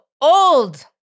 old